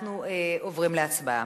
אנחנו עוברים להצבעה